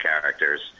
characters